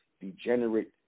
degenerate